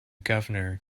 governor